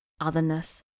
otherness